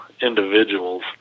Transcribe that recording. individuals